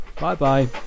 Bye-bye